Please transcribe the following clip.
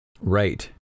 right